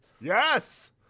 yes